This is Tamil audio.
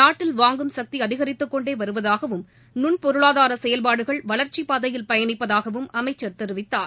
நாட்டில் வாங்கும் சக்தி அதிகரித்துக் கொண்டே வருவதாகவும் நுண்பொருளாதார செயல்பாடுகள் வளர்ச்சி பாதையில் பயணிப்பதாகவும் அமைச்சர் தெரிவித்தார்